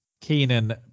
Keenan